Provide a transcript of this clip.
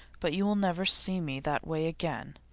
but you will never see me that way again.